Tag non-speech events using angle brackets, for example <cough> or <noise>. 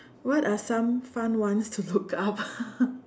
what are some fun ones to look up <laughs>